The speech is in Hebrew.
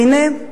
והנה,